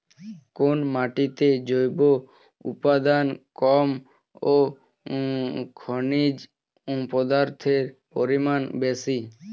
কোন মাটিতে জৈব উপাদান কম ও খনিজ পদার্থের পরিমাণ বেশি?